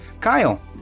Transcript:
Kyle